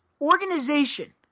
organization